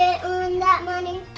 earn that money.